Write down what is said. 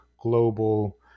global